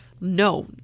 No